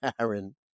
Aaron